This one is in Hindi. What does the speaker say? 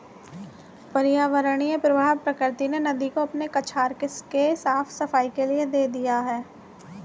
पर्यावरणीय प्रवाह प्रकृति ने नदी को अपने कछार के साफ़ सफाई के लिए दिया है